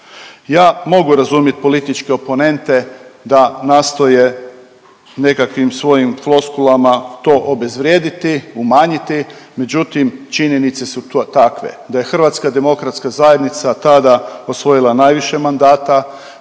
Ja mogu razumit političke oponente da nastoje nekakvim svojim floskulama to obezvrijediti, umanjiti, međutim činjenice su takve da je HDZ tada osvojila najviše mandata,